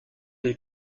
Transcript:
est